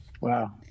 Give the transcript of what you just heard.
Wow